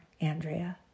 Andrea